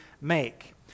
make